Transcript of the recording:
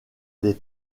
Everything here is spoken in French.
les